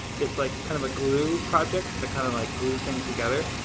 it's like kind of a glue project that kind of like glues things together.